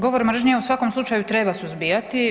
Govor mržnje u svakom slučaju treba suzbijati.